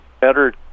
better